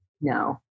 No